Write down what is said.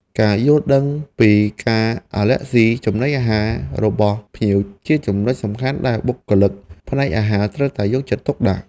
ការយល់ដឹងពីការអាឡែស៊ីចំណីអាហាររបស់ភ្ញៀវជាចំណុចសំខាន់ដែលបុគ្គលិកផ្នែកអាហារត្រូវតែយកចិត្តទុកដាក់។